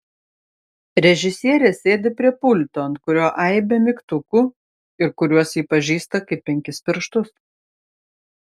režisierė sėdi prie pulto ant kurio aibė mygtukų ir kuriuos ji pažįsta kaip penkis pirštus